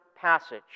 passage